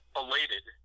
elated